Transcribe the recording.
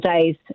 days